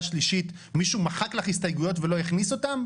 שלישית מישהו מחק לך הסתייגויות ולא הכניס אותן?